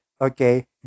okay